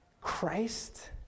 Christ